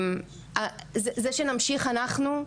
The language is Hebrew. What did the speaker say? זה שנמשיך אנחנו,